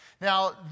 Now